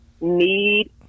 need